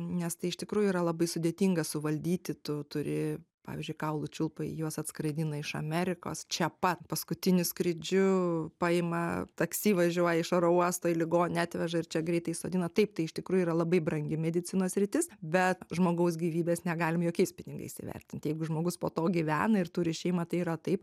nes tai iš tikrųjų yra labai sudėtinga suvaldyti tu turi pavyzdžiui kaulų čiulpai juos atskraidina iš amerikos čia pat paskutinį skrydžiu paima taksi važiuoja iš oro uosto į ligoninę atveža ir čia greitai sodina taip tai iš tikrųjų yra labai brangi medicinos sritis bet žmogaus gyvybės negalim jokiais pinigais įvertint tai jeigu žmogus po to gyvena ir turi šeimą tai yra taip